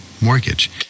mortgage